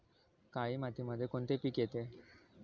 काळी मातीमध्ये कोणते पिके येते?